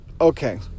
Okay